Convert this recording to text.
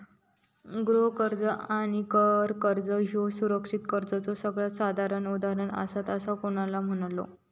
गृह कर्ज आणि कर कर्ज ह्ये सुरक्षित कर्जाचे सगळ्यात साधारण उदाहरणा आसात, असा कुणाल म्हणालो